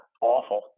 awful